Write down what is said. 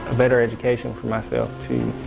better education for myself,